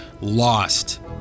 lost